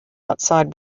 outside